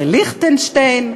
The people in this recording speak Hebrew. בליכטנשטיין,